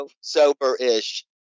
sober-ish